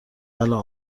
الان